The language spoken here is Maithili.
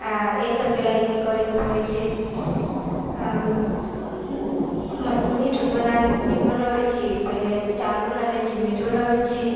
आओर एहि सभके लिअ कि करैके पड़ै छै मछ मीट वीट बना मीट बनाबै छी पहिले चावल बना लै छी मीट बनाबै छी